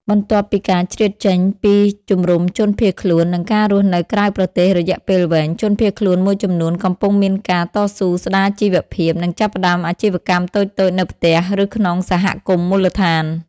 បន្ទាប់ពីការជ្រៀតចេញពីជំរំជនភៀសខ្លួន និងការរស់នៅក្រៅប្រទេសរយៈពេលវែង ជនភៀសខ្លួនមួយចំនួនកំពុងមានការតស៊ូស្តារជីវភាព និងចាប់ផ្តើមអាជីវកម្មតូចៗនៅផ្ទះឬក្នុងសហគមន៍មូលដ្ឋាន។